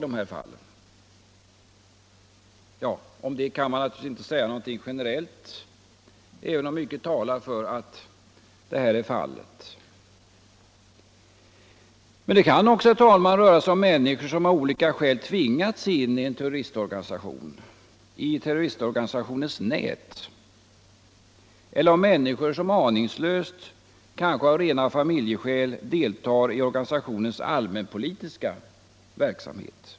Därom kan vi naturligtvis inte säga någonting generellt, även om mycket talar för att så är förhållandet. Men det kan också, herr talman, röra sig om människor som av olika skäl tvingats in i terrororganisationens nät eller om människor som aningslöst — kanske av rena familjeskäl — deltar i organisationens allmänpolitiska verksamhet.